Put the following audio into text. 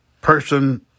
person